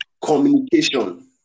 communication